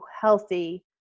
healthy